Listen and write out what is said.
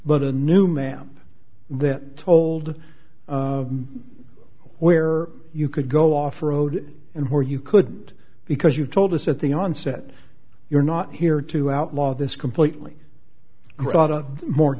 but a new man that told where you could go off road and where you could because you told us at the onset you're not here to outlaw this completely